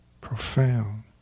Profound